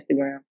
Instagram